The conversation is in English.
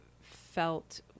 felt